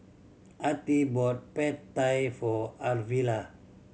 Artie bought Pad Thai for Arvilla